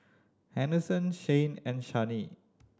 Henderson Shayne and Channie